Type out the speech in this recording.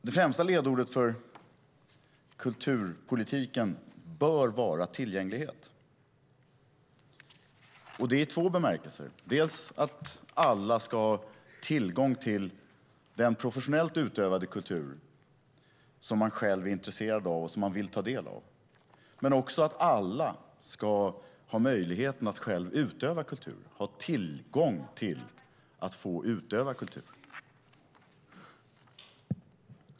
Det främsta ledordet för kulturpolitiken bör vara tillgänglighet, detta i två bemärkelser. Dels ska alla ha tillgång till den professionellt utövade kultur som man är intresserad av och som man vill ta del av, dels ska alla ha möjligheten att själva utöva kultur.